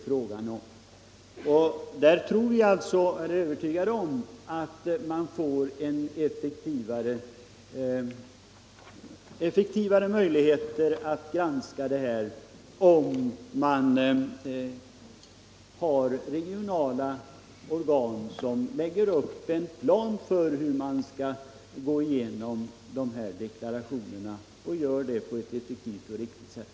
Jag är övertygad om att man får bättre möjligheter att granska dessa deklarationer om man har regionala organ som lägger upp en plan för hur man skall gå igenom dessa deklarationer på ett effektivt och riktigt sätt.